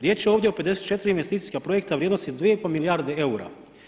Riječ je ovdje o 54 investicijska projekta u vrijednosti 2,5 milijarde eura.